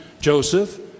Joseph